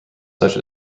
such